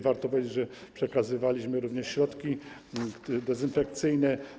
Warto też powiedzieć, że przekazywaliśmy również środki dezynfekcyjne.